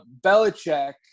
Belichick